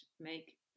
make